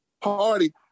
party